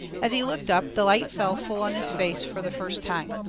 as he looked up the light fell full on his face fur the first time.